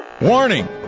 Warning